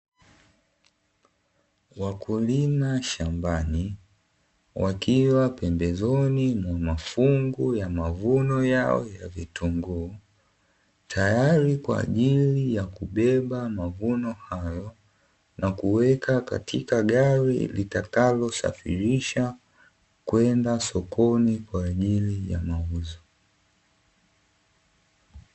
Wakulima shambani wakiwa pembezoni mwa mafungu ya mavuno yao ya vitunguu, tayari kwa ajili ya kubeba mavuno hayo na kuweka katika gari litakalosafirisha kwenda sokoni kwa ajili ya mauzo.